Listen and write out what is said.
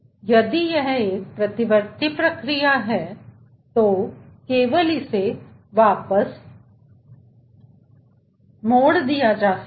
यदि यह एक प्रतिवर्ती प्रक्रिया है तो केवल इसे वापस मोड़ दिया जा सकता है